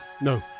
No